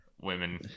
Women